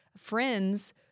friends